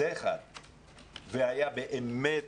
והיה באמת